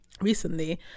recently